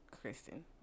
Kristen